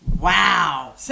Wow